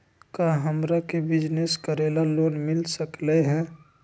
का हमरा के बिजनेस करेला लोन मिल सकलई ह?